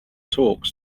talks